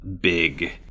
big